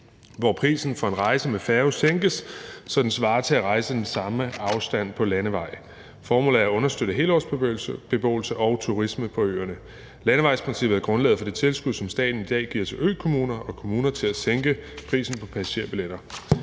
hvor prisen for en rejse med færge sænkes, så den svarer til at rejse den samme afstand på landevej. Formålet er at understøtte helårsbeboelsen og turismen på øerne. Landevejsprincippet er grundlaget for det tilskud, som staten i dag giver til økommuner og kommuner, til at sænke prisen på passagerbilletter.